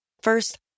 First